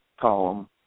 column